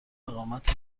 اقامتم